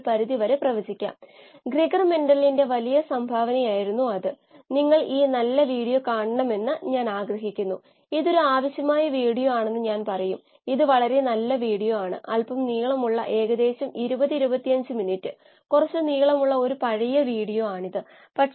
പ്ലോട്ടിലെ പോയിന്റുകളുടെ കണക്കുകൂട്ടൽ മുകളിലുള്ള ചിത്രത്തിൽ കാണിച്ചിരിക്കുന്നു